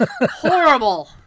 horrible